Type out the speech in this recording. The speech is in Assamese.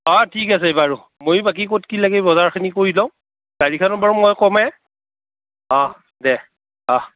অঁ ঠিক আছে বাৰু মইয়ো বাকী ক'ত কি লাগে বজাৰখিনি কৰি লওঁ গাড়ীখনক বাৰু মই কমেই অঁ দে অঁ